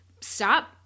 stop